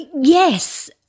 Yes